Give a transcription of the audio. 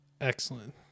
Excellent